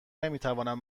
نمیتوانند